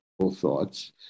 thoughts